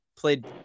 played